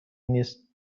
نیست